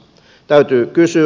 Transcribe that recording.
täytyy kysyä